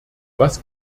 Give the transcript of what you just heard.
was